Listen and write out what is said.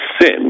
sin